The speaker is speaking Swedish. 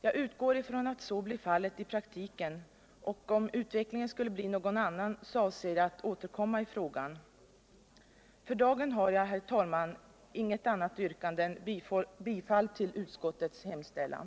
Jag utgår ifrån att så blir fallet i praktiken, och om utvecklingen skulle bli någon annan avser jag att återkomma i frågan. För dagen har jag, herr talman, inget annat yrkande än bifall till utskottets hemställan.